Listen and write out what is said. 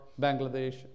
Bangladesh